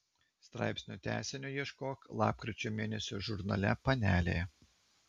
straipsnio tęsinio ieškok lapkričio mėnesio žurnale panelė